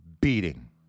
beating